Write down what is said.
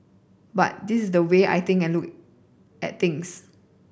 but this is the way I think and look at things